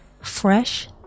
fresh